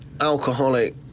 alcoholic